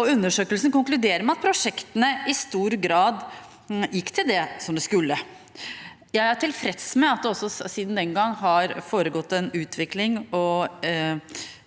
Undersøkelsen konkluderer med at prosjektmidlene i stor grad gikk til det som de skulle. Jeg er tilfreds med at det også siden den gang har foregått en utvikling og